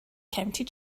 county